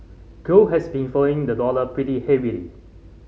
gold has been following the dollar pretty heavily